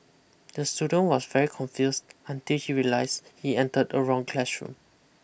the student was very confused until he realised he entered the wrong classroom